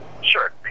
Sure